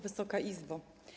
Wysoka Izbo!